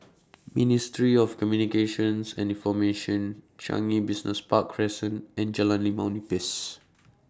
Ministry of Communications and Information Changi Business Park Crescent and Jalan Limau Nipis